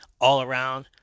all-around